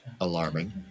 Alarming